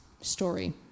story